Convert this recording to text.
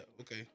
Okay